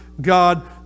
God